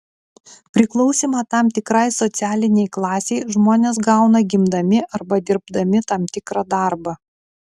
priklausymą tam tikrai socialinei klasei žmonės gauna gimdami arba dirbdami tam tikrą darbą